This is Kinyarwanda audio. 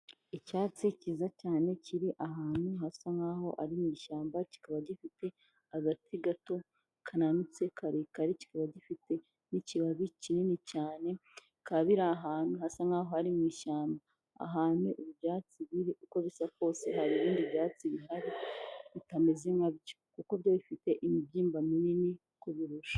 Icyatsi kiza cyane kiri ahantu hasa nk'aho ari mu ishyamba kikaba gifite agati gato kananutse karekare, kikaba gifite n'ikibabi kinini cyane. Bikaba biri ahantu hasa nk'aho ari mu ishyamba. Ahantu ibyatsi biri uko bisa kose hari ibindi byatsi bihari bitameze nka byo, kuko byo bifite imibyimba minini kubirusha.